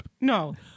No